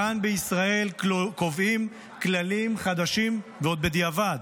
כאן בישראל קובעים כללים חדשים, ועוד בדיעבד,